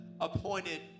appointed